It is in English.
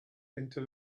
into